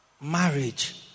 marriage